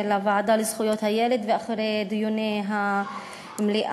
הוועדה לזכויות הילד ואחרי דיוני המליאה